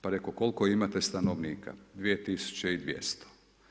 Pa reko, koliko imate stanovnika, 2200.